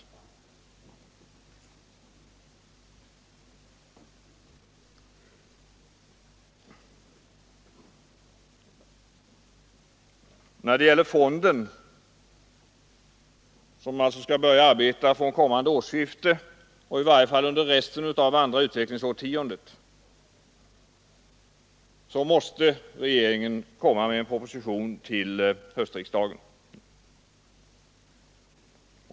När det gäller fonden, som alltså skall börja arbeta kommande årsskifte och fortsätta arbeta i varje fall under resten av andra utvecklingsårtiondet, måste regeringen framlägga en proposition för höstriksdagen.